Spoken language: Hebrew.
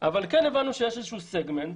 אבל הבנו שיש סגמנט.